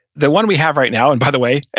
the one we have right now, and by the way,